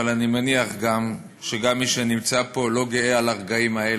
אבל אני מניח שגם מי שנמצא פה לא גאה על הרגעים האלה,